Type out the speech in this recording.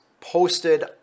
posted